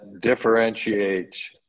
differentiates